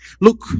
Look